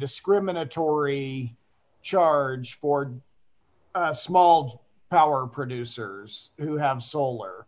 discriminatory charge for a small power producers who have solar